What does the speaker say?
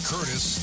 Curtis